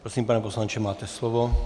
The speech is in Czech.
Prosím, pane poslanče, máte slovo.